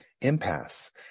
impasse